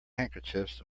handkerchiefs